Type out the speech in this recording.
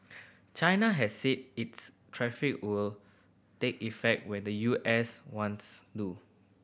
China has said its will take effect when the U S ones do